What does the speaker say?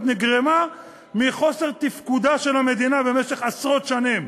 נגרמה מחוסר תפקודה של המדינה במשך עשרות שנים,